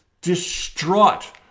distraught